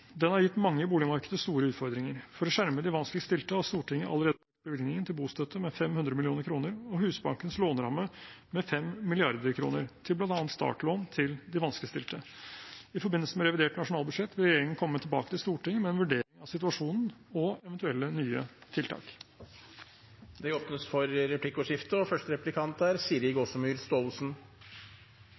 Den har gitt mange i boligmarkedet store utfordringer. For å skjerme de vanskeligst stilte har Stortinget allerede økt bevilgningene til bostøtte med 500 mill. kr og Husbankens låneramme med 5 mrd. kr, bl.a. til startlån for de vanskeligstilte. I forbindelse med revidert nasjonalbudsjett vil regjeringen komme tilbake til Stortinget med en vurdering av situasjonen og eventuelle nye tiltak. Det blir replikkordskifte.